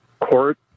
court